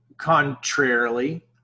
contrarily